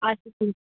اَچھا